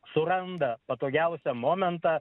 suranda patogiausią momentą